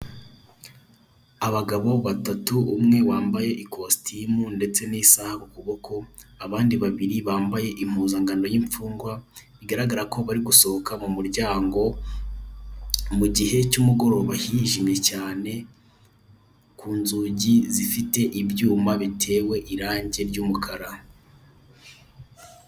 Abagabo batatu, umwe wambaye ikositime n'isaha ku kuboko, n'abandi bambaye impuzangano y'ifungwa, bigaragara ko bari gusohoka mu muryango, mu gihe cy'umugoroba hijimye cyane, ku nzugi zifite ibyuma bitewe irange ry'umukara.